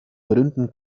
gründen